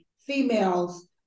females